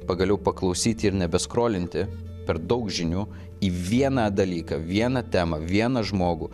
pagaliau paklausyti ir nebeskolinti per daug žinių į vieną dalyką vieną temą vieną žmogų